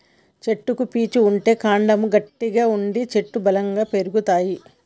చెట్లకు పీచు ఉంటే కాండము గట్టిగా ఉండి చెట్లు బలంగా పెరుగుతాయి